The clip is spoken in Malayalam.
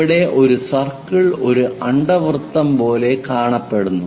ഇവിടെ ഒരു സർക്കിൾ ഒരു അണ്ഡവൃത്തം പോലെ കാണപ്പെടുന്നു